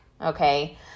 okay